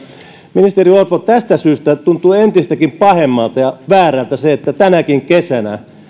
ministeri orpo tästä syystä tuntuu entistäkin pahemmalta ja väärältä se että tänäkin kesänä